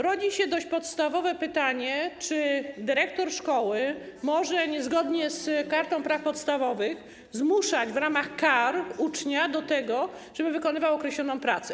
Rodzi się dość podstawowe pytanie, czy dyrektor szkoły może niezgodnie z kartą praw podstawowych zmuszać w ramach kar ucznia do tego, żeby wykonywał określoną pracę.